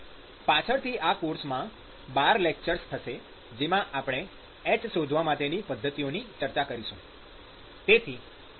પાછળથી આ કોર્સમાં ૧૨ લેકચર્સ થશે જેમાં આપણે h શોધવા માટેની પદ્ધતિઓની ચર્ચા કરીશું